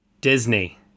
Disney